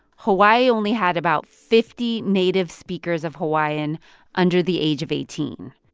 hawaii only had about fifty native speakers of hawaiian under the age of eighteen.